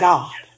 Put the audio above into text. God